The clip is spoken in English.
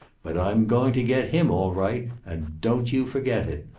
but i'm going to get him, all right, and don't you forget it.